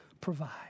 provide